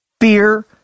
Fear